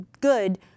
good